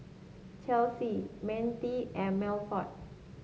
Chelsy Mintie and Milford